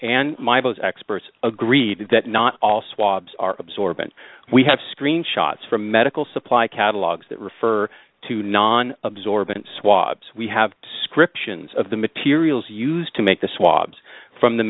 most experts agreed that not all swabs are absorbent we have screenshots from a medical supply catalogs that refer to non absorbent swabs we have scription of the materials used to make the swabs from the